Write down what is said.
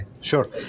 Sure